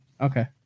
Okay